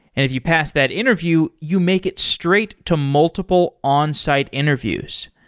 if you pass that interview, you make it straight to multiple onsite interviews.